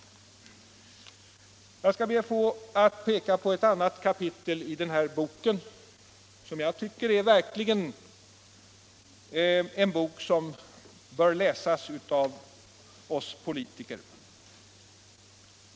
Jag skall be att få peka på ett annat kapitel i den bok som jag tidigare citerade, en bok som jag tycker verkligen bör läsas av oss politiker.